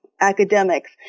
academics